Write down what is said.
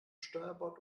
steuerbord